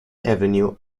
avenue